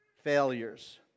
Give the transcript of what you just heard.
failures